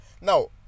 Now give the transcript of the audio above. now